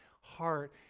heart